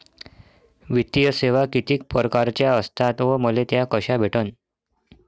वित्तीय सेवा कितीक परकारच्या असतात व मले त्या कशा भेटन?